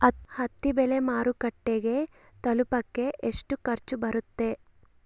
ಹತ್ತಿ ಬೆಳೆ ಮಾರುಕಟ್ಟೆಗೆ ತಲುಪಕೆ ಎಷ್ಟು ಖರ್ಚು ಬರುತ್ತೆ?